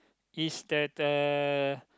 is that uh